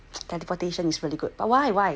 !wah! teleportation is really good but why why